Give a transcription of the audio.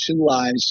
lies